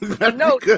No